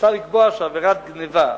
אפשר לקבוע שעבירת גנבה,